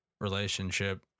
relationship